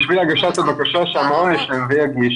בשביל הגשת הבקשה שהמעון ישלים ויגיש